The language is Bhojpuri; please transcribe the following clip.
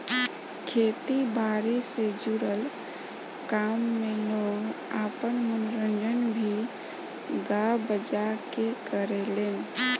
खेती बारी से जुड़ल काम में लोग आपन मनोरंजन भी गा बजा के करेलेन